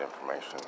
information